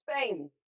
Spain